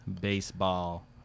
baseball